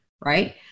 right